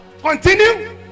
Continue